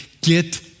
get